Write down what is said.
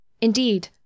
Indeed